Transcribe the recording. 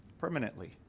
permanently